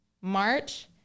March